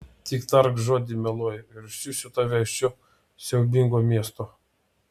tik tark žodį mieloji ir išsiųsiu tave iš šio siaubingo miesto